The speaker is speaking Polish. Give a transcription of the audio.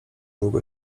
długo